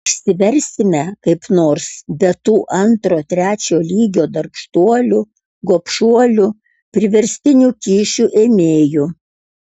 išsiversime kaip nors be tų antro trečio lygio darbštuolių gobšuolių priverstinių kyšių ėmėjų